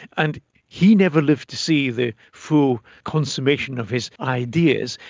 and he never lived to see the full consummation of his ideas,